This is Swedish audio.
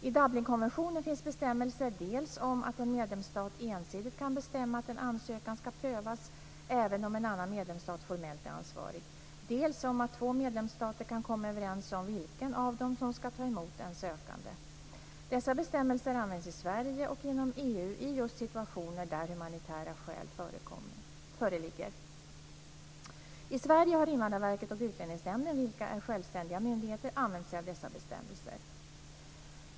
I Dublinkonventionen finns bestämmelser dels om att en medlemsstat ensidigt kan bestämma att en ansökan ska prövas även om en annan medlemsstat formellt är ansvarig, dels om att två medlemsstater kan komma överens om vilken av dem som ska ta emot en sökande. Dessa bestämmelser används i Sverige, och inom EU, i just situationer där humanitära skäl föreligger. I Sverige har Invandrarverket och Utlänningsnämnden, vilka är självständiga myndigheter, använt sig av dessa bestämmelser.